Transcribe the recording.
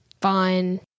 Fine